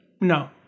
No